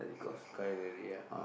cutlery ya